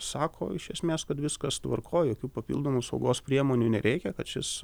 sako iš esmės kad viskas tvarkoj jokių papildomų saugos priemonių nereikia kad šis